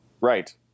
Right